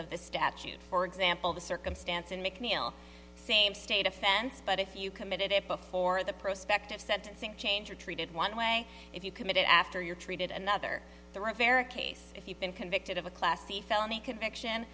of the statute for example the circumstance in mcneil same state offense but if you committed it before the prospect of said i think change you're treated one way if you commit it after you're treated another the rivera case if you've been convicted of a class the felony conviction